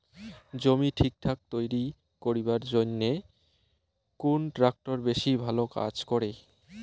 জমি ঠিকঠাক তৈরি করিবার জইন্যে কুন ট্রাক্টর বেশি ভালো কাজ করে?